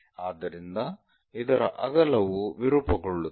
ಆದ್ದರಿಂದ ಇದರ ಅಗಲವು ವಿರೂಪಗೊಳ್ಳುತ್ತದೆ